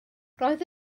roedd